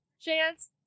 Chance